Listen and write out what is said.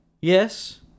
Yes